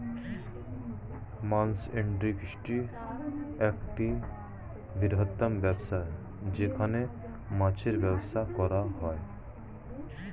মৎস্য ইন্ডাস্ট্রি একটা বৃহত্তম ব্যবসা যেখানে মাছের ব্যবসা করা হয়